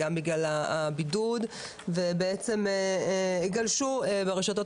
גם בגלל הבידוד ובעצם גלשו ברשתות